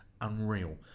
unreal